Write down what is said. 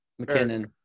McKinnon